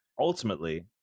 ultimately